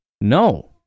No